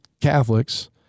Catholics